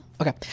okay